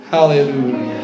Hallelujah